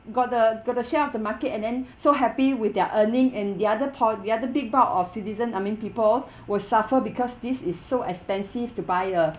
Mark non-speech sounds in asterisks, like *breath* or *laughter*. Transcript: got the got the share of the market and then *breath* so happy with their earning and the other part the other big bulk of citizen I mean people *breath* will suffer because this is so expensive to buy a